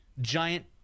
Giant